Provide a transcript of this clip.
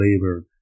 labor